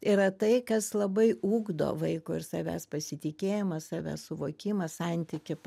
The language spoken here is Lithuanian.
yra tai kas labai ugdo vaiko ir savęs pasitikėjimą savęs suvokimą santykį